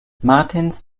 martins